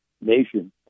nation